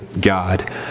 God